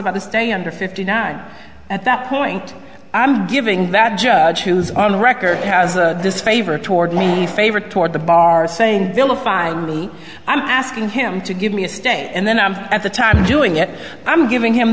about the stay under fifty nine at that point i'm giving that judge who's on the record has this favor toward me favor toward the bar saying vilified i'm asking him to give me a stay and then i'm at the time doing it i'm giving him